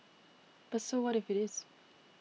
but so what if it is